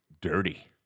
dirty